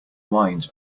wines